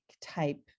type